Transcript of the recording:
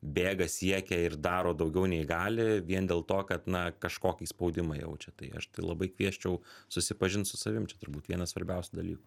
bėga siekia ir daro daugiau nei gali vien dėl to kad na kažkokį spaudimą jaučia tai aš tai labai kviesčiau susipažint su savim čia turbūt vienas svarbiausių dalykų